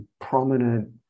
prominent